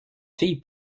fille